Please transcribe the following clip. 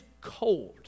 cold